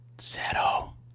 Zero